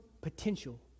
potential